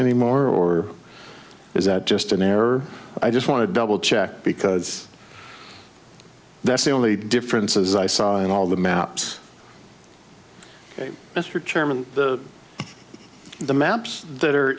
anymore or is that just an error i just want to double check because that's the only differences i saw in all the maps mr chairman the maps that are